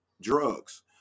drugs